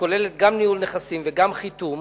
הכוללת גם ניהול נכסים וגם חיתום